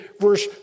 verse